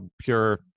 pure